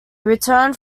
returned